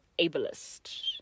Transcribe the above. ableist